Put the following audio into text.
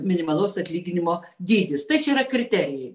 minimalus atlyginimo dydis tai čia yra kriterijai